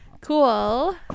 Cool